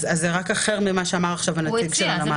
זה אחרת ממה שאמר נציג הנמל.